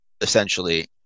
essentially